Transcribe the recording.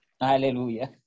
Hallelujah